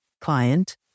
client